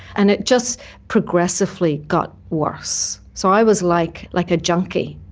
and it just progressively got worse. so i was like like a junkie.